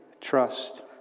trust